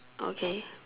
okay